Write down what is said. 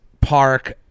park